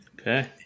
Okay